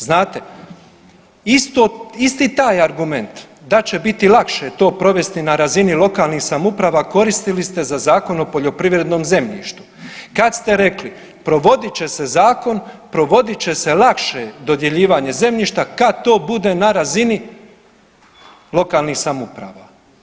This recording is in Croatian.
Znate, isti taj argument da će biti lakše to provesti na razini lokalnih samouprava koristili ste za Zakon o poljoprivrednom zemljištu kad ste rekli provodit će se zakon, provodit će se lakše dodjeljivanje zemljišta kad to bude na razini lokalnih samouprava.